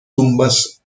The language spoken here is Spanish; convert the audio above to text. tumbas